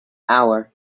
hour